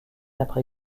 après